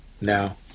Now